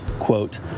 quote